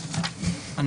בסדר?